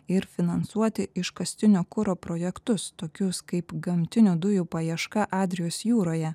ir finansuoti iškastinio kuro projektus tokius kaip gamtinių dujų paieška adrijos jūroje